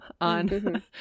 on